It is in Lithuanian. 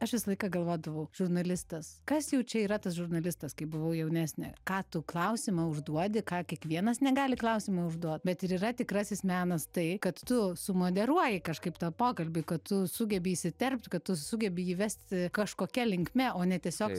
aš visą laiką galvodavau žurnalistas kas jau čia yra tas žurnalistas kai buvau jaunesnė ką tu klausimą užduodi ką kiekvienas negali klausimo užduot bet ir yra tikrasis menas tai kad tu su moderuoji kažkaip tą pokalbį kad tu sugebi įsiterpt kad tu sugebi įvesti kažkokia linkme o ne tiesiog